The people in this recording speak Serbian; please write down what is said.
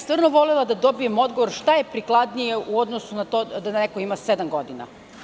Stvarno bih volela da dobijem odgovor šta je prikladnije u odnosu na to da neko sedam godina?